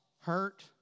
hurt